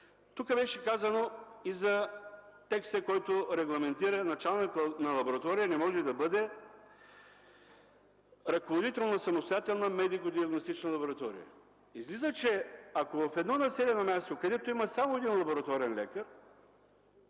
Тук беше казано и за текста, който регламентира – началникът на лаборатория не може да бъде ръководител на самостоятелна медико-диагностична лаборатория. Излиза, че ако в едно населено място, където има само един лабораторен лекар